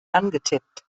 angetippt